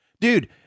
Dude